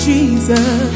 Jesus